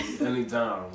anytime